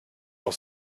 auch